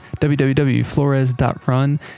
www.flores.run